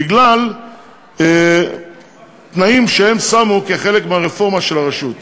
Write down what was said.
בגלל תנאים שהם שמו כחלק מהרפורמה של הרשות.